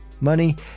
money